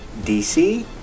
DC